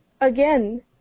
Again